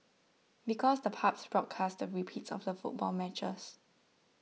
because the pubs broadcast the repeats of the football matches